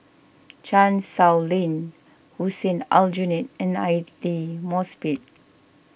Chan Sow Lin Hussein Aljunied and Aidli Mosbit